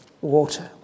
water